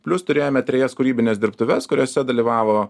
plius turėjome trejas kūrybines dirbtuves kuriose dalyvavo